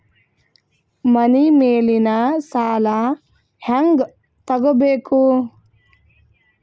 ಮನಿ ಮೇಲಿನ ಸಾಲ ಹ್ಯಾಂಗ್ ತಗೋಬೇಕು?